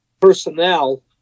personnel